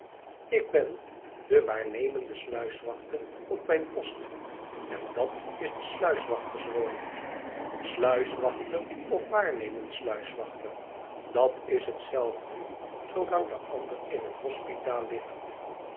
ik ben de waarnemende sluiswachter op mijn post en dat is de sluiswachterswoning sluiswachter of waarnemend sluiswachter dat is hetzelfde zoolang de ander in het hospitaal ligt